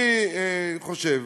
אני חושב